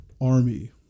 army